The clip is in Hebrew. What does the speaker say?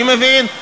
אני מבין,